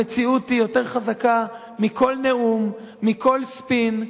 המציאות היא יותר חזקה מכל נאום, מכל ספין,